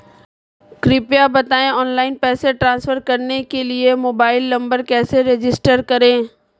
कृपया बताएं ऑनलाइन पैसे ट्रांसफर करने के लिए मोबाइल नंबर कैसे रजिस्टर करें?